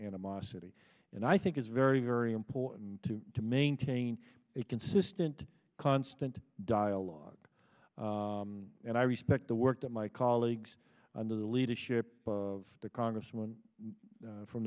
animosity and i think it's very very important to maintain a consistent constant dialogue and i respect the work that my colleagues under the leadership of the congressman from